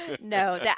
no